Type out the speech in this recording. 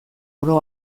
oro